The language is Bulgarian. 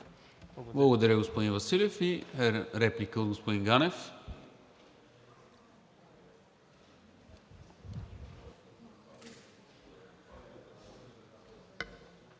Благодаря, господин Василев. Реплика от господин Ганев.